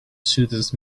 soothes